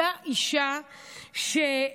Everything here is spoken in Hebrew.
אותה אישה שבאמת,